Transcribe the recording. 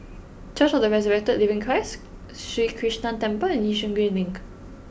church of the Resurrected Living Christ Sri Krishnan Temple and Yishun Green Link